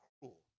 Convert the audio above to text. cruel